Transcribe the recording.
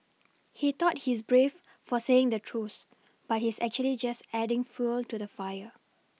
he thought he's brave for saying the truth but he's actually just adding fuel to the fire